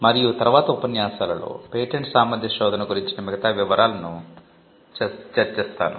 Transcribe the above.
మరియు తర్వాత ఉపన్యాసాలలో పేటెంట్ సామర్థ్య శోధన గురించిన మిగతా వివరాలను చర్చిస్తాను